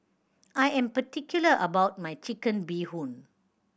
I am particular about my Chicken Bee Hoon